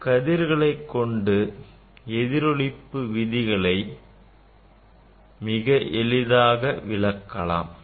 இக் கதிர்களைக் கொண்டு எதிரொளிப்பு விதிகளை எளிதில் விளக்கலாம்